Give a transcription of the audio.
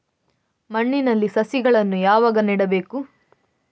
ಮಣ್ಣಿನಲ್ಲಿ ಸಸಿಗಳನ್ನು ಯಾವಾಗ ನೆಡಬೇಕು?